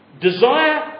Desire